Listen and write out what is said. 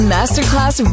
Masterclass